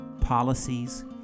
policies